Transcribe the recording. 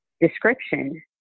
description